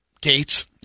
gates